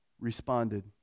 responded